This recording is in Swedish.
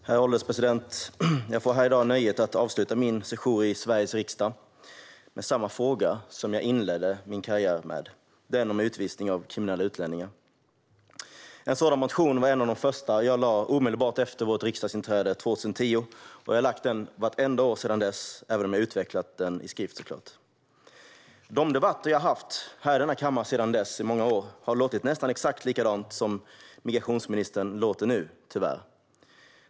Herr ålderspresident! Jag får här i dag nöjet att avsluta min sejour i Sveriges riksdag med samma fråga som jag inledde min karriär med, den om utvisning av kriminella utlänningar. En motion om detta var en av de första jag lade fram omedelbart efter vårt riksdagsinträde 2010, och jag har lagt fram en vartenda år sedan dess även om jag såklart utvecklat frågan i skrift. I de debatter jag haft här i kammaren under många år sedan dess har man låtit nästan exakt likadant som migrationsministern tyvärr låter nu.